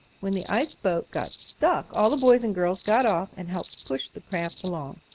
when the ice boat got stuck all the boys and girls got off and helped push the craft along.